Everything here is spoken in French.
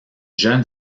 jeune